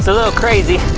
little crazy,